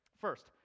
first